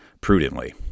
prudently